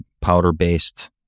powder-based